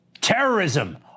Terrorism